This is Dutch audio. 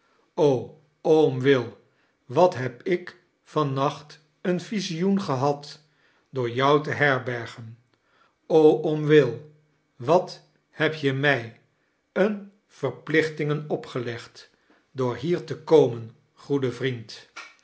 oom will wat heb ik van nacht een visioen gehad door jou te herbergen o oom will wat heb je mij een verplichtingen opgelegd door hier te komen goede vriend